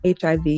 HIV